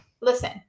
Listen